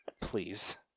Please